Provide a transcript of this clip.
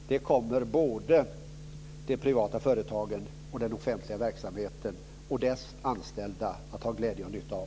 Det kommer både de privata företagen och den offentliga verksamheten och dess anställda att ha glädje och nytta av.